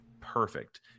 perfect